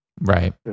Right